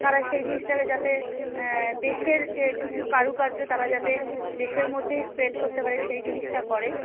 তারা সেই জিনিসটাকে যাতে দেশের কিছু কারুকার্য তারা যাতে দেশের মধ্যেই স্প্রেড করতে পারে সেই জিনিসটা করে